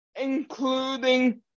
including